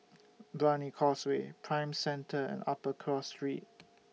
Brani Causeway Prime Centre and Upper Cross Street